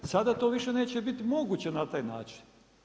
Sada to više neće biti moguće na taj način.